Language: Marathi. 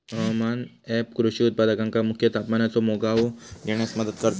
हवामान ऍप कृषी उत्पादकांका मुख्य तापमानाचो मागोवो घेण्यास मदत करता